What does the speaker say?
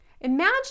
Imagine